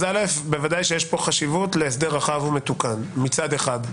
ודאי שיש פה חשיבות להסדר רחב ומתוקן, מצד אחד.